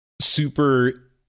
super